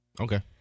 okay